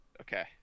Okay